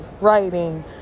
writing